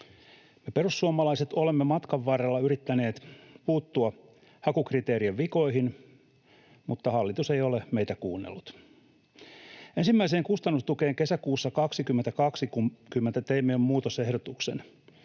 Me perussuomalaiset olemme matkan varrella yrittäneet puuttua hakukriteerien vikoihin, mutta hallitus ei ole meitä kuunnellut. Ensimmäiseen kustannustukeen kesäkuussa 2020 teimme jo muutosehdotuksen.